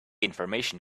information